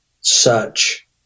search